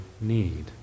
need